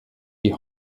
die